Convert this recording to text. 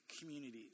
communities